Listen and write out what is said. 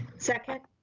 second.